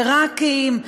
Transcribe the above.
עיראקים,